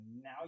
now